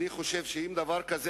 אני חושב שאם אתה רוצה דבר כזה,